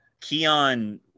Keon